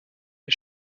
des